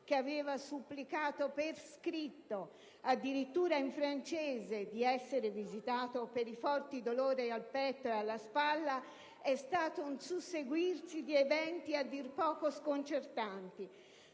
che aveva supplicato per iscritto, addirittura in francese, di essere visitato per i forti dolori al petto e alla spalla, è stato un susseguirsi di eventi a dir poco sconcertanti: